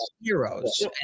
heroes